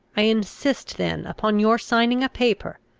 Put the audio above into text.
i insist then upon your signing a paper,